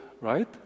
right